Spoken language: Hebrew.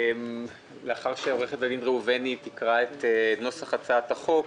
לאחר שעורכת הדין ראובני תקרא את הצעת החוק,